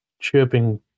chirping